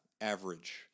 average